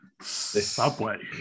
Subway